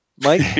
Mike